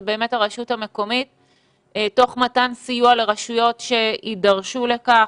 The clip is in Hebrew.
זאת באמת הרשות המקומית תוך מתן סיוע לרשויות שיידרשו לכך,